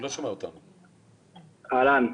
אהלן,